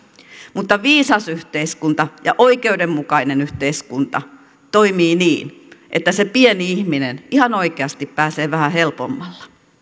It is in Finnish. mutta viisas yhteiskunta ja oikeudenmukainen yhteiskunta toimii niin että se pieni ihminen ihan oikeasti pääsee vähän helpommalla